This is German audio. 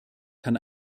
kann